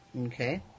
Okay